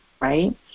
right